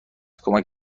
کمک